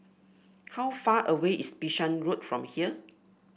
how far away is Bishan Road from here